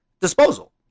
disposal